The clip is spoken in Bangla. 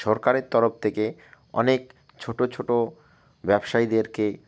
সরকারের তরফ থেকে অনেক ছোটো ছোটো ব্যবসায়ীদেরকে